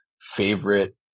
favorite